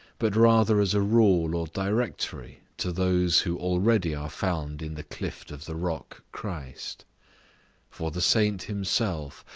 but rather as a rule or directory to those who already are found in the clift of the rock christ for the saint himself,